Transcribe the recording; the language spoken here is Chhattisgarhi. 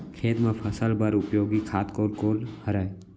खेत म फसल बर उपयोगी खाद कोन कोन हरय?